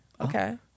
okay